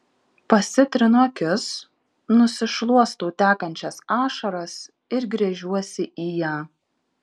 pasitrinu akis nusišluostau tekančias ašaras ir gręžiuosi į ją